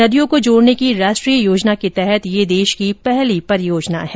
नदियों को जोड़ने की राष्ट्रीय योजना के तहत यह देश की पहली परियोजना है